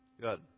Good